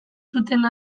zuten